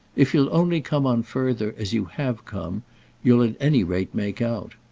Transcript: if you'll only come on further as you have come you'll at any rate make out.